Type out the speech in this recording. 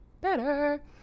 better